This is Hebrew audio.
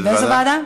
באיזו ועדה?